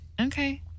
Okay